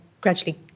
gradually